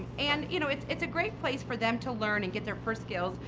and you know it's it's a great place for them to learn and get their first skills.